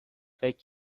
فکر